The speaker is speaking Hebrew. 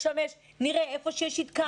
נראה איפה שיש התקהלות.